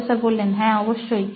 professor হ্যাঁ অবশ্যই